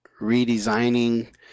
redesigning